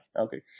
Okay